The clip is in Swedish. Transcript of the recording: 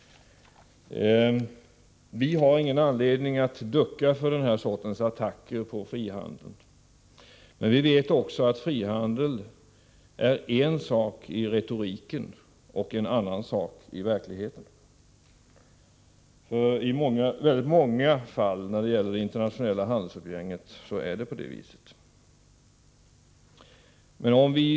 Vi har ingen anledning att ducka för den här sortens attacker på frihandeln. Vi vet också att frihandeln är en sak i retoriken och en annan i verkligheten. I väldigt många fall när det gäller det internationella handelsumgänget är det på det viset.